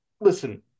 listen